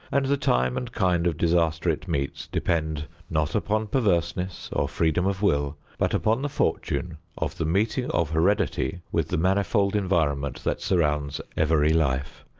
and the time and kind of disaster it meets depend not upon perverseness or freedom of will, but upon the fortune of the meeting of heredity with the manifold environment that surrounds every life.